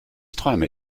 träume